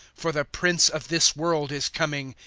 for the prince of this world is coming.